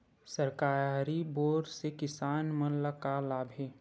सरकारी बोर से किसान मन ला का लाभ हे?